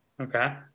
Okay